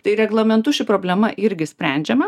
tai reglamentu ši problema irgi sprendžiama